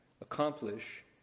accomplish